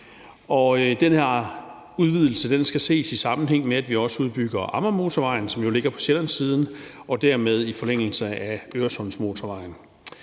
dag. Den her udvidelse skal ses i sammenhæng med, at vi også udbygger Amagermotorvejen, som ligger på Sjællandssiden og dermed i forlængelse af Øresundsmotorvejen.